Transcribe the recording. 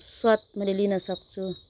स्वाद मैले लिन सक्छु